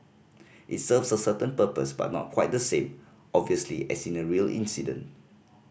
it serves a certain purpose but not quite the same obviously as in a real incident